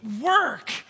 work